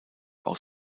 aus